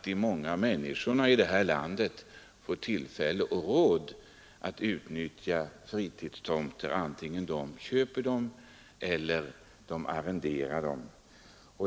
De många människorna i det här landet måste ha råd att utnyttja fritidstomter, vare sig de köper eller arrenderar dem.